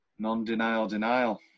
Non-denial-denial